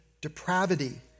depravity